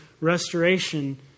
restoration